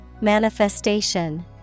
Manifestation